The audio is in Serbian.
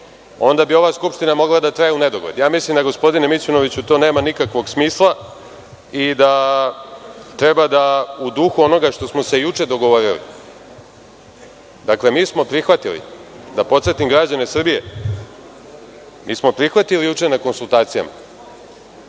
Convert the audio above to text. onda bi ova Skupština mogla da traje u nedogled. Ja mislim da, gospodine Mićunoviću, to nema nikakvog smisla i da treba da u duhu onoga što smo se juče dogovorili… Dakle, mi smo prihvatili, da podsetim građane Srbije, juče na konsultacijama